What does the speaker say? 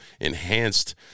enhanced